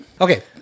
okay